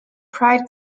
pride